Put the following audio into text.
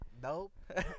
Nope